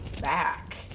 back